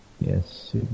Yes